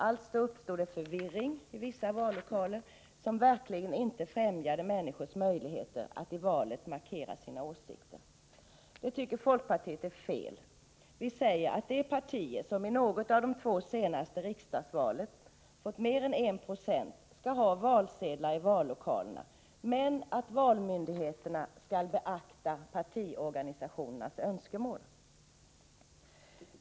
Det uppstod därför förvirring i vissa vallokaler, och det främjade verkligen inte människors möjligheter att i valet markera sina åsikter. Folkpartiet tycker att detta är fel. Vi säger att det parti som vid något av de två senaste riksdagsvalen har fått mer än 1 96 skall ha valsedlar i vallokalerna men att valmyndigheterna skall beakta partiorganisationernas önskemål.